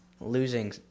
losing